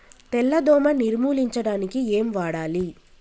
తెల్ల దోమ నిర్ములించడానికి ఏం వాడాలి?